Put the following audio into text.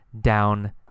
down